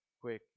quick